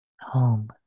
Home